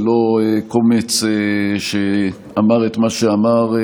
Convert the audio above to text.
ולא את קומץ שאמר את מה שאמר,